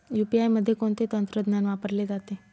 UPI मध्ये कोणते तंत्रज्ञान वापरले जाते?